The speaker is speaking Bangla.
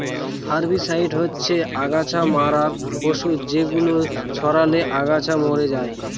হার্বিসাইড হচ্ছে অগাছা মারার ঔষধ যেগুলো ছড়ালে আগাছা মরে যায়